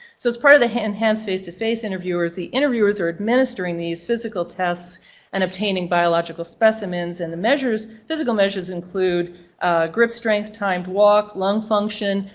so it's part of the enhanced face-to-face interviews, the interviewers are administering these physical tests and obtaining biological specimens and, the measures. physical measures include grip strength, timed walk, lung function,